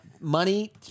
money